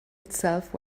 itself